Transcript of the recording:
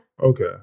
Okay